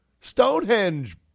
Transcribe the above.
Stonehenge